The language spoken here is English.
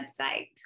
website